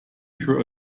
through